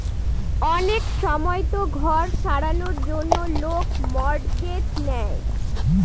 অনেক সময়তো ঘর সারানোর জন্য লোক মর্টগেজ নেয়